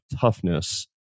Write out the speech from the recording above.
toughness